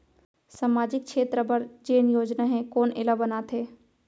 सामाजिक क्षेत्र बर जेन योजना हे कोन एला बनाथे?